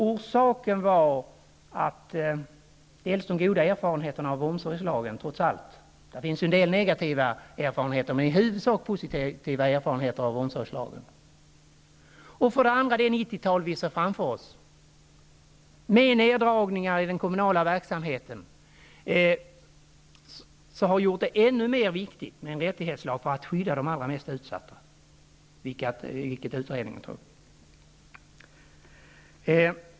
Orsaken var för det första de goda erfarenheterna av omsorgslagen -- en del erfarenheter var negativa, men de flesta var positiva -- och för det andra det 90-tal vi ser framför oss, med neddragningar i den kommunala verksamheten, som gör det än mer viktigt med en rättighetslag för att skydda de mest utsatta, vilket utredningen tog upp.